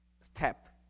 step